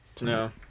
No